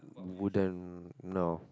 wouldn't no